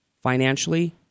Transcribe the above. financially